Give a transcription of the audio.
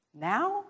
Now